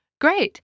Great